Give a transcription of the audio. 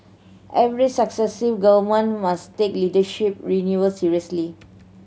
every successive Government must take leadership renewal seriously